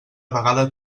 vegada